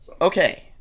Okay